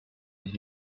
ich